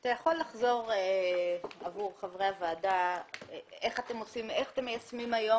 אתה יכול לחזור עבור חברי הוועדה ולומר איך אתם מיישמים היום